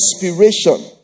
inspiration